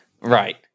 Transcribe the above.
Right